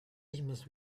emails